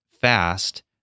fast